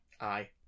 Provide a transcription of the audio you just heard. Aye